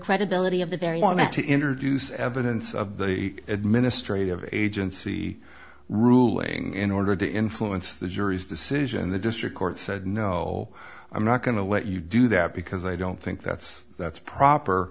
very want to introduce evidence of the administrative agency ruling in order to influence the jury's decision the district court said no i'm not going to let you do that because i don't think that's that's proper